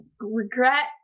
Regret